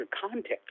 context